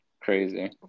Crazy